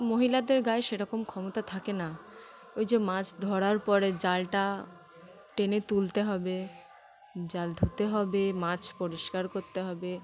মহিলাদের গায়ে সেরকম ক্ষমতা থাকে না ওই যে মাছ ধরার পরে জালটা টেনে তুলতে হবে জাল ধুতে হবে মাছ পরিষ্কার করতে হবে